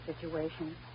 situation